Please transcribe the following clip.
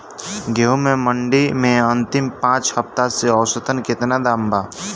गेंहू के मंडी मे अंतिम पाँच हफ्ता से औसतन केतना दाम बा?